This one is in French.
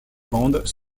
bandes